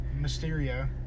Mysterio